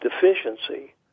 deficiency